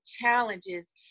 challenges